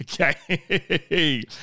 Okay